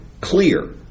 clear